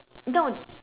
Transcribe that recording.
no